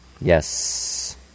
yes